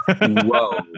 Whoa